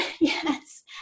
yes